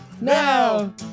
now